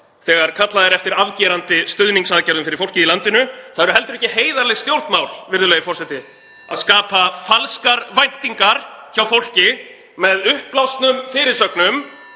þegar kallað er eftir afgerandi stuðningsaðgerðum fyrir fólkið í landinu. Það eru heldur ekki heiðarleg stjórnmál, virðulegi forseti, (Forseti hringir.) að skapa falskar væntingar hjá fólki með uppblásnum fyrirsögnum